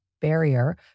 barrier